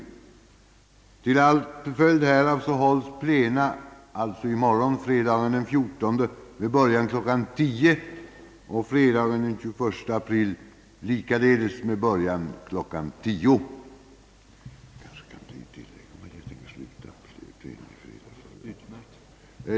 Till följd härav hålles plena i morgon fredagen den 14 april med början kl. 10.00 och fredagen den 21 april likaledes med början kl. 10.00.